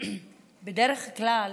בדרך כלל